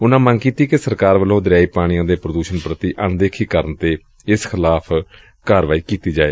ਉਨੂਾਂ ਮੰਗ ਕੀਤੀ ਕਿ ਸਰਕਾਰ ਵੱਲੋਂ ਦਰਿਆਈ ਪਾਣੀਆਂ ਦੇ ਪ੍ਰਦੁਸ਼ਣ ਪ੍ਰਤੀ ਅਣਦੇਖੀ ਕਰਨ ਤੇ ਇਸ ਖਿਲਾਫ਼ ਕਾਰਵਾਈ ਕੀਤੀ ਜਾਏ